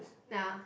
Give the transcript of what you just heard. ya